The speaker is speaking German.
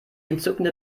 entzückende